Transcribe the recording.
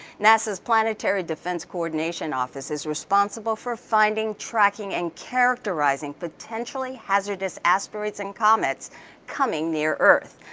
nasa's planetary defense coordination office is responsible for finding, tracking, and characterizing potentially hazardous asteroids and comets coming near earth.